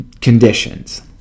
conditions